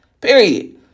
Period